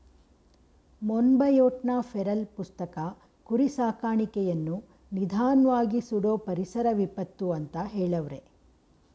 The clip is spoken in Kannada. ಮೊನ್ಬಯೋಟ್ನ ಫೆರಲ್ ಪುಸ್ತಕ ಕುರಿ ಸಾಕಾಣಿಕೆಯನ್ನು ನಿಧಾನ್ವಾಗಿ ಸುಡೋ ಪರಿಸರ ವಿಪತ್ತು ಅಂತ ಹೆಳವ್ರೆ